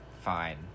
fine